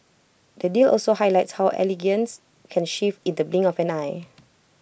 the deal also highlights how elegance can shift in the blink of an eye